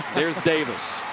there's davis.